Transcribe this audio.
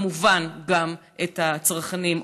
כמובן גם את הצרכנים,